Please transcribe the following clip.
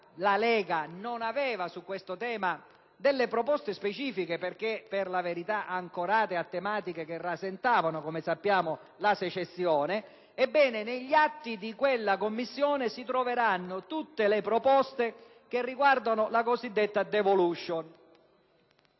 la Lega non aveva su questo tema proposte specifiche, perché era ancorata a tematiche che rasentavano la secessione, come sappiamo. Ebbene, negli atti di quella Commissione si troveranno tutte le proposte che riguardano la cosiddetta *devolution*.